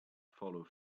follow